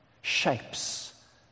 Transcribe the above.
shapes